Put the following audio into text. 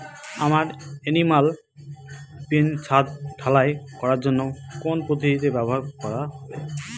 আমার animal pen ছাদ ঢালাই করার জন্য কোন পদ্ধতিটি ব্যবহার করা হবে?